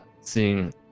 seeing